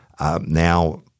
Now